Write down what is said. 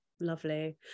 lovely